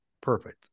perfect